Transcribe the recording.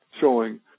showing